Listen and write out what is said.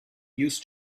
used